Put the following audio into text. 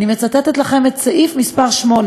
אני מצטטת לכם את סעיף מס' 8: